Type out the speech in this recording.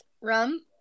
Rum